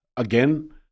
Again